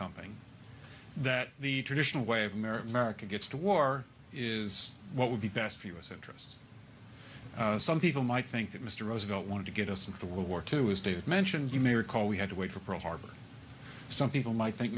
coming that the traditional way of america gets to war is what would be best for u s interests some people might think that mr roosevelt wanted to get us into world war two as david mentioned you may recall we had to wait for pearl harbor some people might think